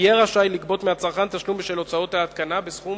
יהיה רשאי לגבות מהצרכן תשלום בשל הוצאות ההתקנה בסכום